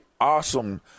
awesome